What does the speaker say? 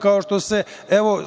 kao što se, evo,